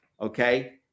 Okay